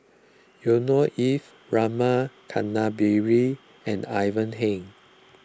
Yusnor Ef Rama Kannabiran and Ivan Heng